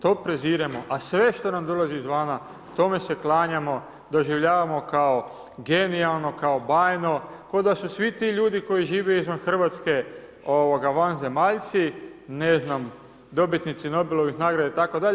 To preziremo, a sve što nam dolazi izvana tome se klanjamo, doživljavamo kao genijalno, kao bajno ko' da su svi ti ljudi koji žive izvan Hrvatske vanzemaljci, ne znam dobitnici Nobelove nagrade itd.